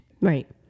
Right